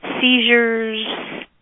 seizures